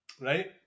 Right